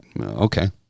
Okay